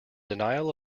denial